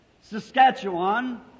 Saskatchewan